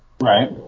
Right